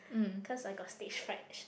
cause I got stage fright